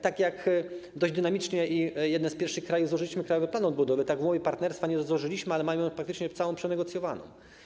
Tak jak dość dynamicznie i jako jeden z pierwszych krajów złożyliśmy Krajowy Plan Odbudowy, to umowy partnerstwa nie złożyliśmy, ale mamy ją praktycznie całą przenegocjowaną.